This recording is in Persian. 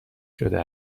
شده